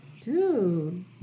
Dude